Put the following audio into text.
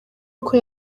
uko